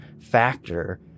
factor